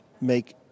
make